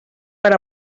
per